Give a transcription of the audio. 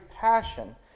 passion